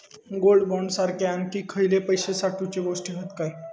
Gold bond सारखे आणखी खयले पैशे साठवूचे गोष्टी हत काय?